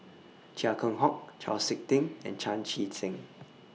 Chia Keng Hock Chau Sik Ting and Chan Chee Seng